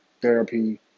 therapy